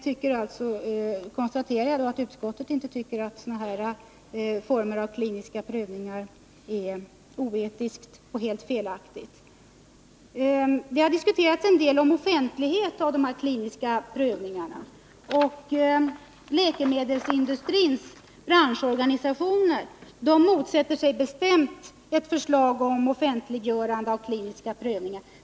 Jag konstaterar att utskottet inte tycker att sådana här former av klinisk prövning är oetiska och helt felaktiga. Det har diskuterats en del om offentlighet när det gäller de kliniska prövningarna. Läkemedelsindustrins branschorganisationer motsätter sig bestämt ett förslag om offentliggörande av kliniska prövningar.